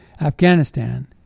Afghanistan